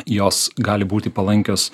jos gali būti palankios